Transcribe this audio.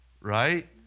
right